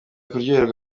kuryoherwa